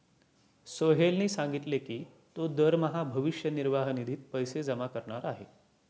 सोहेलने सांगितले की तो दरमहा भविष्य निर्वाह निधीत पैसे जमा करणार आहे